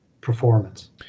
performance